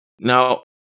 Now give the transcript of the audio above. Now